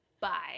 Bye